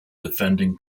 defending